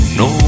no